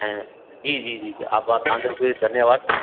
ऐं जी जी जी आभार तव्हांजो बि धन्यवादु